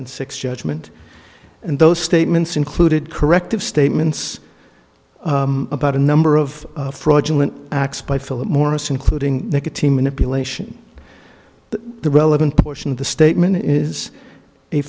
and six judgment and those statements included corrective statements about a number of fraudulent acts by philip morris including nicotine manipulation but the relevant portion of the statement is a